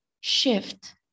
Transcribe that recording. shift